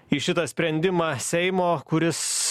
į šitą sprendimą seimo kuris